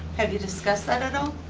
have you discussed that at all?